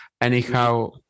Anyhow